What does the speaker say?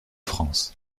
france